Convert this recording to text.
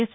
yes